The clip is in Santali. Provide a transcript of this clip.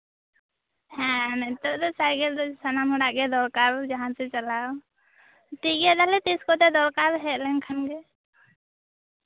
ᱦᱮᱸ ᱱᱤᱛᱚᱜ ᱫᱚ ᱥᱟᱭᱠᱮᱞ ᱫᱚ ᱥᱟᱱᱟᱢ ᱦᱚᱲᱟᱜ ᱜᱮ ᱫᱚᱨᱠᱟᱨ ᱡᱟᱦᱟᱸ ᱛᱮ ᱪᱟᱞᱟᱣ ᱴᱷᱤᱠ ᱜᱮᱭᱟ ᱛᱟᱦᱞᱮ ᱛᱤᱥ ᱠᱚᱛᱮ ᱫᱚᱨᱠᱟᱨ ᱦᱮᱡ ᱞᱮᱱᱠᱷᱟᱱ ᱜᱮ